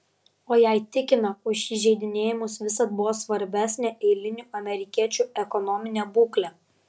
o jai tikina už įžeidinėjimus visad buvo svarbesnė eilinių amerikiečių ekonominė būklė